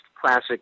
classic